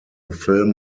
film